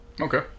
Okay